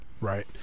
right